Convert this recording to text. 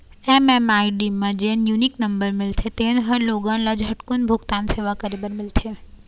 MMID म जेन unique number मिलथे तेन ह लोगन ल झटकून भूगतान सेवा करे बर मिलथे